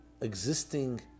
existing